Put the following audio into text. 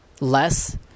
Less